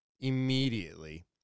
immediately